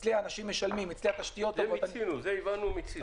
אצלי האנשים משלמים והתשתיות -- זה הבנו ומיצינו.